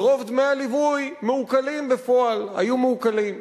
ורוב דמי הליווי מעוקלים בפועל, היו מעוקלים.